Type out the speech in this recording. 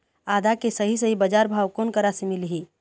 आदा के सही सही बजार भाव कोन करा से मिलही?